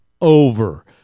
over